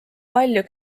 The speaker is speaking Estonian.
palju